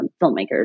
filmmakers